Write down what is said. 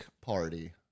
party